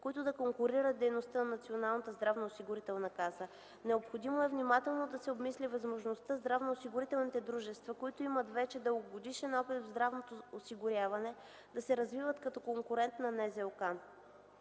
които да конкурират дейността на Националната здравноосигурителна каса. Необходимо е внимателно да се обмисли възможността здравноосигурителните дружества, които имат вече дългогодишен опит в здравното осигуряване, да се развиват като конкурент на НЗОК.